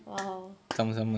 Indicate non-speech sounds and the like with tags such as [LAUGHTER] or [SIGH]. !wow! [NOISE]